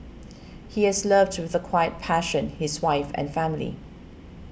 he has loved with a quiet passion his wife and family